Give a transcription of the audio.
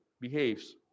behaves